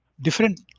different